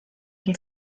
che